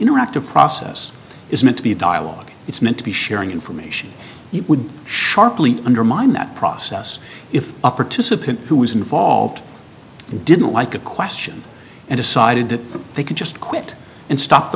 interactive process is meant to be dialogue it's meant to be sharing information it would sharply undermine that process if upper to subpoena who was involved and didn't like a question and decided that they could just quit and stop the